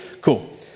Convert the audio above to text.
Cool